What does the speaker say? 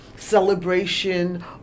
celebration